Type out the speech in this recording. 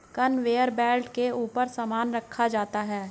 conveyor belt के ऊपर सामान रखा जाता है